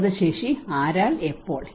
പ്രതിരോധശേഷി എപ്പോൾ